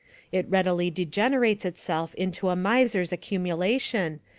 it readily degenerates itself into a miser's accumulation,